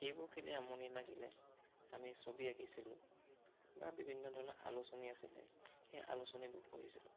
এইবোৰ খেলি আমনি লাগিলে আমি ছবি আঁকিছিলোঁ বা বিভিন্ন ধৰণৰ আলোচনী আছিলে সেই আলোচনীবোৰ পঢ়িছিলোঁ